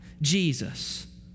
Jesus